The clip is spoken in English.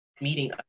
meeting